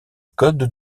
code